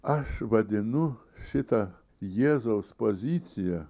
aš vadinu šitą jėzaus poziciją